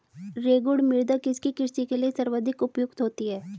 रेगुड़ मृदा किसकी कृषि के लिए सर्वाधिक उपयुक्त होती है?